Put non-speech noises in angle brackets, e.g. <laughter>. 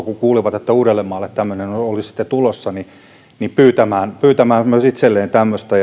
<unintelligible> kun kuulivat että tämmöinen erillisratkaisu uudellemaalle olisi sitten tulossa eli pyytämään myös itselleen tämmöistä <unintelligible>